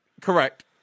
Correct